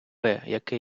яке